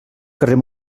carrer